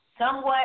Somewhat